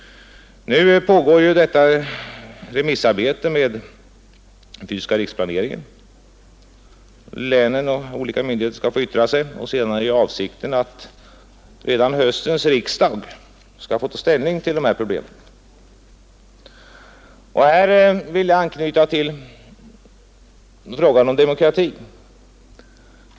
Nu pågår ju remissarbetet i fråga om den fysiska riksplaneringen — länen och olika myndigheter skall få yttra sig, och avsikten är att redan höstens riksdag skall få ta ställning till dessa problem. Och här vill jag anknyta till frågan om demokratin.